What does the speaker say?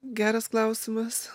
geras klausimas